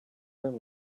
room